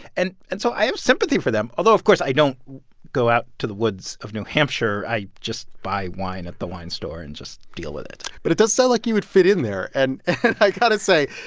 and and so i have sympathy for them, although, of course, i don't go out to the woods of new hampshire. i just buy wine at the wine store and just deal with it but it does sound so like you would fit in there. and i got to say,